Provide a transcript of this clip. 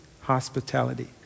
hospitality